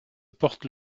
porte